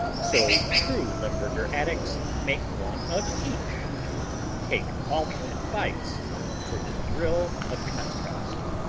so true limburger addicts make one of each and take alternate bites for the thrill of contrast.